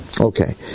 Okay